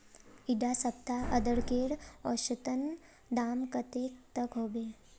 इडा सप्ताह अदरकेर औसतन दाम कतेक तक होबे?